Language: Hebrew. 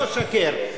לא אשקר.